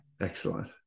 excellent